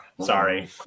Sorry